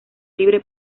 libre